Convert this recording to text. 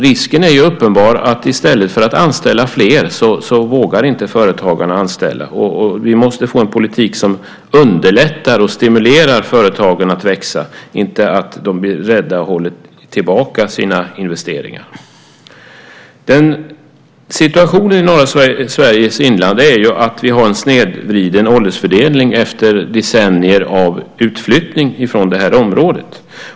Risken är uppenbar att i stället för att anställa fler vågar företagarna inte anställa alls. Vi måste få en politik som underlättar och stimulerar företagen att växa, inte gör att de blir rädda och håller tillbaka sina investeringar. Vi har i norra Sveriges inland en snedvriden åldersfördelning bland befolkningen efter decennier av utflyttning från området.